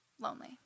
lonely